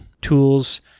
tools